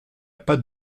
pas